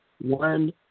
one